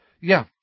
Yeah